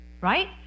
right